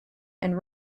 and